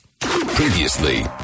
Previously